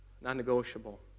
non-negotiable